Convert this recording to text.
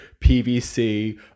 PVC